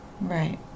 Right